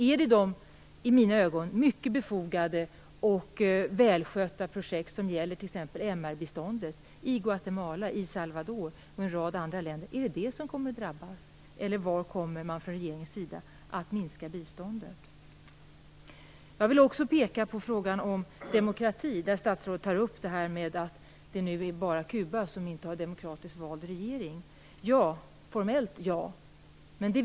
Är det de i mina ögon mycket befogade och välskötta projekt som gäller t.ex. MR biståndet i Guatemala, El Salvador och en rad andra länder, som kommer att drabbas? Var kommer regeringen att minska biståndet? Jag vill också peka på frågan om demokrati. Statsrådet tar upp att det nu bara är Kuba som inte har en demokratiskt vald regering. Formellt är det så.